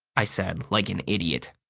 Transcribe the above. i said like an idiot.